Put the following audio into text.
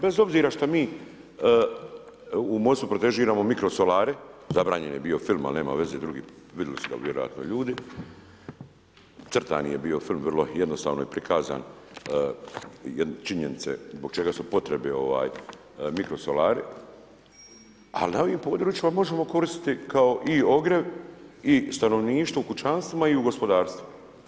Bez obzira šta mi u Mostu protežiramo mikrosolare, zabranjen je bio film ali nema veze, vidjeli su ga vjerojatno ljudi, crtani je bio film vrlo jednostavno prikazan činjenice zbog potrebni mikrosolari, ali na ovim područjima možemo koristiti kao i ogrjev i u stanovništvu i kućanstvima i u gospodarstvu.